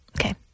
Okay